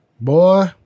Boy